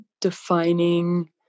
defining